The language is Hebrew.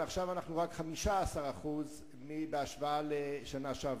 ועכשיו אנחנו רק 15% בהשוואה לשנה שעברה.